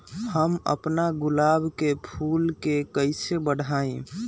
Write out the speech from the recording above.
हम अपना गुलाब के फूल के कईसे बढ़ाई?